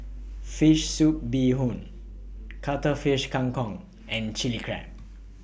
Fish Soup Bee Hoon Cuttlefish Kang Kong and Chilli Crab